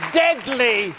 deadly